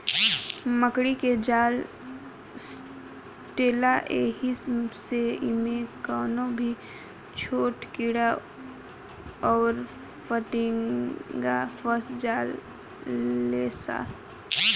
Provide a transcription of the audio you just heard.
मकड़ी के जाल सटेला ऐही से इमे कवनो भी छोट कीड़ा अउर फतीनगा फस जाले सा